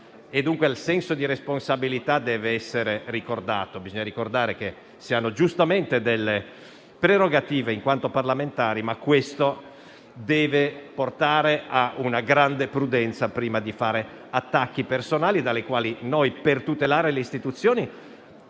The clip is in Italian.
il senso di responsabilità deve essere ricordato. Bisogna ricordare che si hanno giustamente delle prerogative in quanto parlamentari, ma questo deve portare a una grande prudenza prima di fare attacchi personali rispetto ai quali noi, per tutelare le Istituzioni,